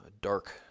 dark